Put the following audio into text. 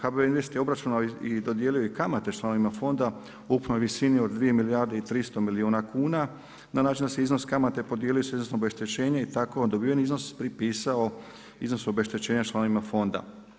HPB Invest je obračunao i dodijelio i kamate članovima fonda u ukupnoj visini od 2 milijarde i 300 milijuna kuna na način da se iznos kamate podijelio sa iznosom obeštećenja i tako dobiveni iznos pripisao iznosu obeštećenja članovima Fonda.